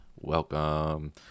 welcome